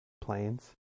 planes